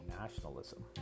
nationalism